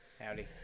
Howdy